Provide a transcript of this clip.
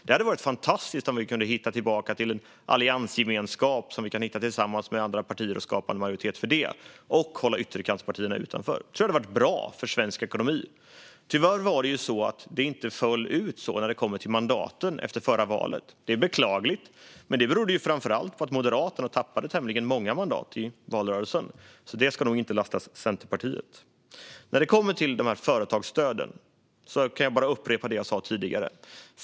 Det hade varit fantastiskt om vi kunnat hitta tillbaka till en alliansgemenskap tillsammans med andra partier, skapa en majoritet för den och hålla ytterkantspartierna utanför. Jag tror att det hade varit bra för svensk ekonomi. Tyvärr var det inte så det föll ut när det kom till mandaten efter förra valet. Det är beklagligt. Men det berodde ju framför allt på att Moderaterna tappade tämligen många mandat i valrörelsen, så det ska nog inte Centerpartiet lastas för. När det kommer till företagsstöden kan jag bara upprepa det jag sa tidigare.